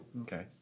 Okay